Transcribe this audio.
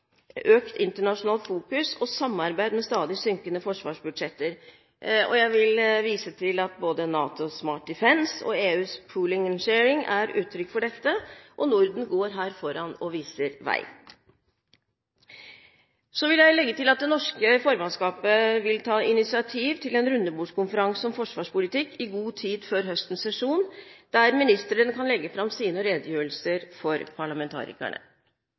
økt internasjonalt fokus og samarbeid med stadig synkende forsvarsbudsjetter. Jeg vil vise til at både NATOs Smart Defense og EUs «pooling and sharing» er uttrykk for dette, og Norden går her foran og viser vei. Så vil jeg legge til at det norske formannskapet vil ta initiativ til en rundebordskonferanse om forsvarspolitikk i god tid før høstens sesjon, der ministrene kan legge fram sine redegjørelser for parlamentarikerne.